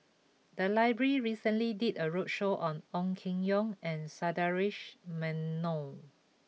the library recently did a roadshow on Ong Keng Yong and Sundaresh Menon